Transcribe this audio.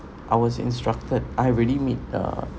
I was instructed I really made uh